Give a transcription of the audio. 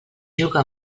juga